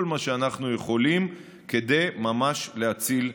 מה שאנחנו יכולים כדי ממש להציל חיים.